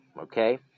Okay